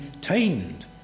tamed